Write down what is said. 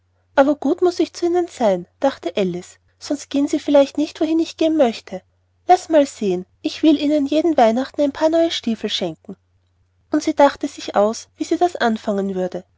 aber gut muß ich zu ihnen sein dachte alice sonst gehen sie vielleicht nicht wohin ich gehen möchte laß mal sehen ich will ihnen jeden weihnachten ein paar neue stiefel schenken und sie dachte sich aus wie sie das anfangen würde